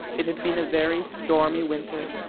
it had been a very stormy winter,